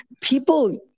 people